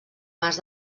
mas